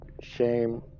shame